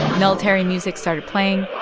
military music started playing,